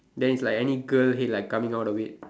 then is like any girl head like coming out of it